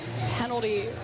penalty